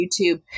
YouTube